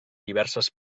diverses